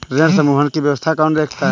ऋण समूहन की व्यवस्था कौन देखता है?